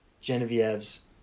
Genevieve's